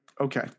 okay